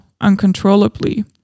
uncontrollably